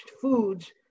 foods